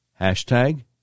Hashtag